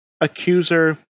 accuser